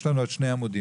יש לנו עוד שני עמודים